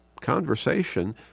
conversation